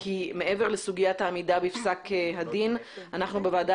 כי מעבר לסוגית העמידה בפסק הדין אנחנו בוועדה